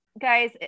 guys